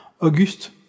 Auguste